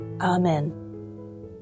Amen